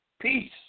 peace